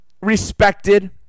respected